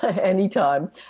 anytime